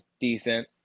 decent